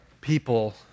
people